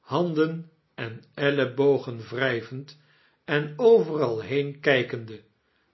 handen en ellebogen wrijvend en ovenral heen kijkende